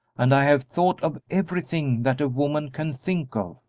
and i have thought of everything that a woman can think of.